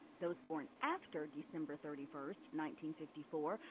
those born after december thirty first, nineteen fifty four,